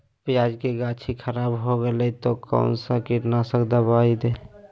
प्याज की गाछी खराब हो गया तो कौन सा कीटनाशक दवाएं दे?